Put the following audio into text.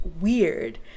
weird